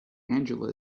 angela